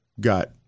got